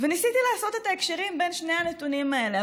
וניסיתי לעשות את ההקשרים בין שני הנתונים האלה.